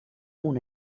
una